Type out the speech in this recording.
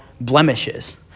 blemishes